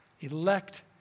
elect